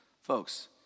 Folks